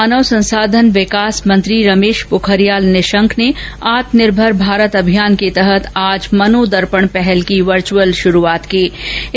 मानव संसाधन विकास मंत्री रमेश पोखरियाल निशंक ने आत्मनिर्भर भारत अभियान के तहत आज मनोदर्पण पहल की वर्चअल रूप से शुरूआत की है